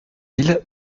mille